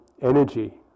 energy